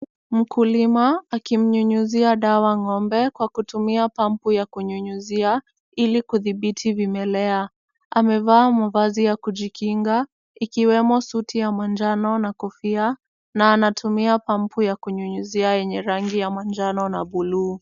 Mkulima akimnyunyuzia dawa ng'ombe kwa kutumia pampu ya kunyunyuzia ili kudhibiti vimelea. Amevaa mavazi ya kujikinga ikiwemo suti ya manjano na kofia na anatumia pampu ya kunyunyuzia yenye rangi ya manjano na buluu .